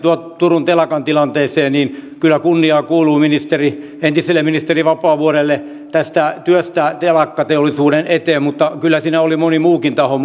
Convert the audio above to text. turun telakan tilanteeseen niin kyllä kunnia kuuluu entiselle ministeri vapaavuorelle työstä telakkateollisuuden eteen mutta kyllä siinä oli moni muukin taho